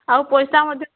ଆଉ ପଇସା ମଧ୍ୟ